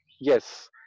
yes